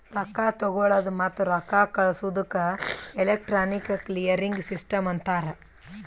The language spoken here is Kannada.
ರೊಕ್ಕಾ ತಗೊಳದ್ ಮತ್ತ ರೊಕ್ಕಾ ಕಳ್ಸದುಕ್ ಎಲೆಕ್ಟ್ರಾನಿಕ್ ಕ್ಲಿಯರಿಂಗ್ ಸಿಸ್ಟಮ್ ಅಂತಾರ್